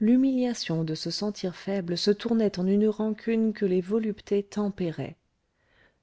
l'humiliation de se sentir faible se tournait en une rancune que les voluptés tempéraient